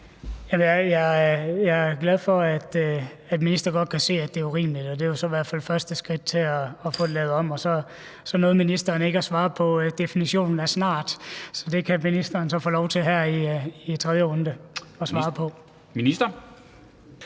Jeg er glad for, at ministeren godt kan se, at det er urimeligt. Og det er jo i hvert fald første skridt til at få det lavet om. Så nåede ministeren ikke at svare på definitionen af ordet snart, så det kan ministeren få lov til svare på her